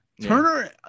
Turner